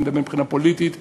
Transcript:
אני מדבר מבחינה פוליטית,